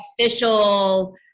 official